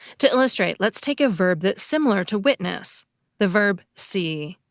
to illustrate, let's take a verb that's similar to witness the verb see.